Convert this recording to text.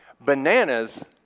Bananas